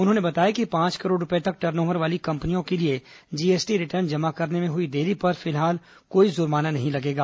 उन्होंने बताया कि पांच करोड़ रूपए तक टर्न ओवर वाली कंपनियों के लिए जीएसटी रिटर्न जमा करने में हुई देरी पर फिलहाल कोई जुर्माना नहीं लगेगा